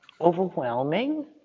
Overwhelming